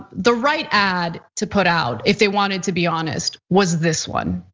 the right ad to put out, if they wanted to be honest was this one.